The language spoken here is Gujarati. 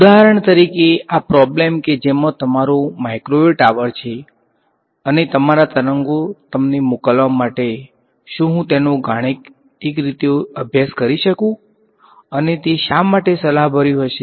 ઉદાહરણ તરીકે આ પ્રોબ્લેમ કે જેમાં તમારું માઈક્રોવેવ ટાવર છે અને તમારા તરંગો તમને મોકલવા માટે શું હું તેનો ગાણિતિક રીતે અભ્યાસ કરી શકું અને તે શા માટે રસભર્યું હશે